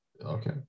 Okay